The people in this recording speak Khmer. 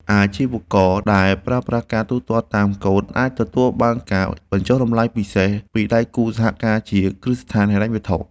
អាជីវករដែលប្រើប្រាស់ការទូទាត់តាមកូដអាចទទួលបានការបញ្ចុះតម្លៃពិសេសពីដៃគូសហការជាគ្រឹះស្ថានហិរញ្ញវត្ថុ។